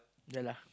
ya lah